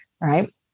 right